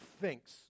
thinks